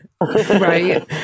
right